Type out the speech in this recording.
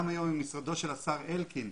גם היום עם משרד של השר אלקין,